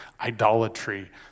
idolatry